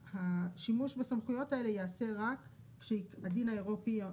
השימוש בסמכויות האלה יעשה רק כאשר ההוראות